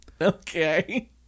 Okay